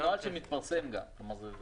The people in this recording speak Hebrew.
זה נוהל שמתפרסם, כלומר, זה שקוף.